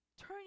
Turn